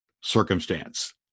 circumstance